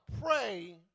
pray